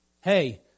hey